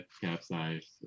Capsized